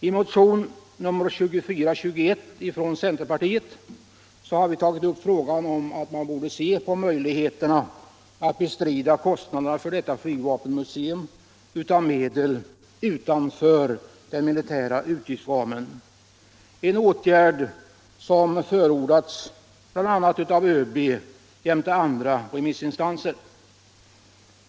I motionen 2421 från centerpartiet har vi begärt att man skall se på möjligheterna att bestrida kostnaderna för detta flygvapenmuseum av medel utanför den militära utgiftsramen, en åtgärd som förordats av ÖB jämte andra remissinstanser.